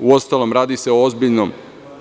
Uostalom, radi se o ozbiljnom